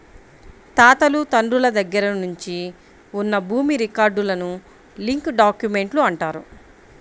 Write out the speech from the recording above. తాతలు తండ్రుల దగ్గర నుంచి ఉన్న భూమి రికార్డులను లింక్ డాక్యుమెంట్లు అంటారు